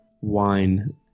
wine